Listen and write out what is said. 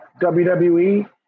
WWE